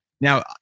Now